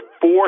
four